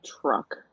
truck